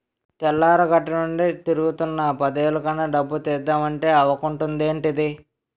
తెల్లారగట్టనుండి తిరుగుతున్నా పదేలు కన్నా డబ్బు తీద్దమంటే అవకుంటదేంటిదీ?